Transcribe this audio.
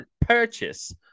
purchase